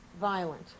violent